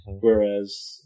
Whereas